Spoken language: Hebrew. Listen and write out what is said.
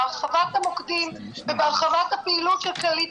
בהרחבת המוקדים ובהרחבת הפעילות של כללית